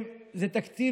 זה תקציב,